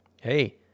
hey